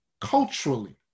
culturally